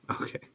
Okay